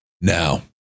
Now